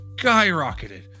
skyrocketed